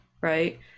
right